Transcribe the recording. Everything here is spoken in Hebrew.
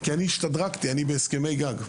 כי אני השתדרגתי, אני בהסכמי גג.